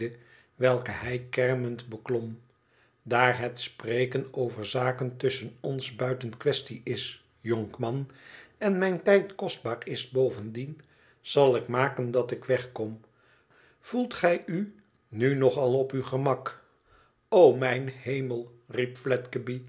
welke hij kermend beklom daar het spreken over zaken tusschen ons buiten quaestie is jonkman en mijn tijd kostbaar is bovendien zal ik maken dat ik wegkom voelt gij u nu nog al op uw gemak mijn hemel